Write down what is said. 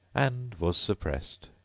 and was suppressed.